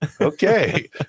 okay